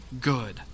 good